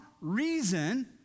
reason